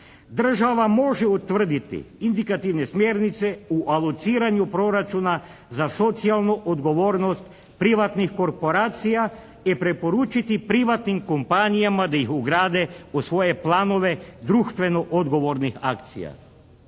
Država može utvrditi indikativne smjernice u alociranju proračuna za socijalnu odgovornost privatnih korporacija i preporučiti privatnim kompanijama da ih ugrade u svoje planove društveno odgovornih akcija.